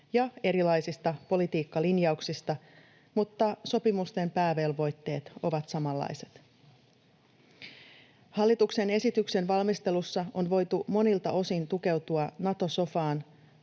ja erilaisista politiikkalinjauksista, mutta sopimusten päävelvoitteet ovat samanlaiset. Hallituksen esityksen valmistelussa on voitu monilta osin tukeutua Nato-sofaan